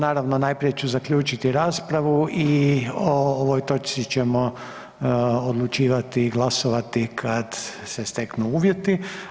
Naravno, najprije ću zaključiti raspravu i o ovoj točci ćemo odlučivati, glasovati kada se steknu uvjeti.